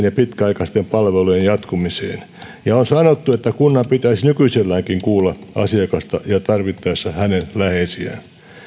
ja pitkäaikaisten palvelujen jatkumiseen on sanottu että kunnan pitäisi nykyiselläänkin kuulla asiakasta ja tarvittaessa hänen läheisiään